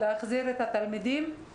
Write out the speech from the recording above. להחזיר את התלמידים בחינוך המיוחד,